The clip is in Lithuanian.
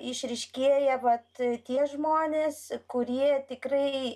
išryškėja vat tie žmonės kurie tikrai